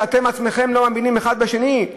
שאתם עצמכם לא מאמינים האחד בשני?